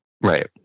Right